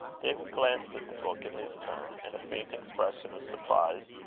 david glanced at the book in his turn, and a faint expression of surprise,